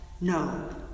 no